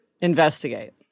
investigate